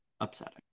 upsetting